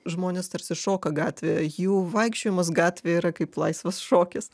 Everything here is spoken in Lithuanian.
žmonės tarsi šoka gatvėje jų vaikščiojimas gatvėje yra kaip laisvas šokis